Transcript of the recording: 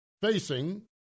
facing